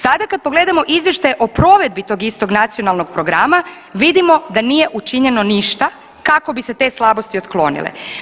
Sada kad pogledamo izvještaj o provedbi tog istog nacionalnog programa vidimo da nije učinjeno ništa kako bi se te slabosti otklonile.